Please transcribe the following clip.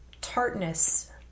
tartness